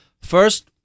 first